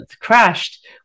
crashed